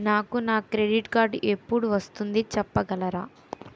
నాకు నా credit card ఎపుడు వస్తుంది చెప్పగలరా?